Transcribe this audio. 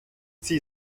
sie